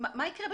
אבל אנחנו עבדנו,